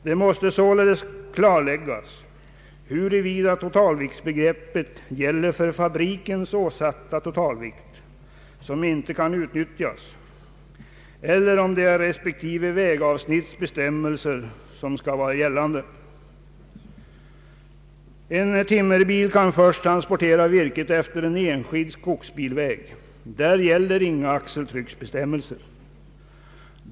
Det måste således klarläggas huruvida totalviktsbegreppet gäller för fabrikens åsatta totalvikt, som inte kan utnyttjas, eller om det är respektive vägavsnitts bestämmelser som skall vara gällande. En timmerbil kan först transportera virket efter en enskild skogsbilväg. Där gäller inga axeltrycksbestämmelser.